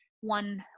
one